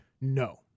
No